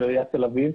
של עיריית תל-אביב.